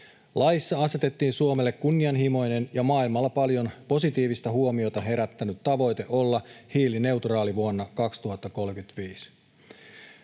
Laissa asetettiin Suomelle kunnianhimoinen ja maailmalla paljon positiivista huomiota herättänyt tavoite olla hiilineutraali vuonna 2035.